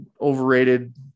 overrated